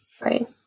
right